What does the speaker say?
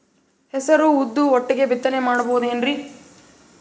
ಹೆಸರು ಉದ್ದು ಒಟ್ಟಿಗೆ ಬಿತ್ತನೆ ಮಾಡಬೋದೇನ್ರಿ?